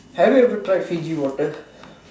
have you ever tried Fuji water